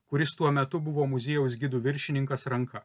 kuris tuo metu buvo muziejaus gidų viršininkas ranka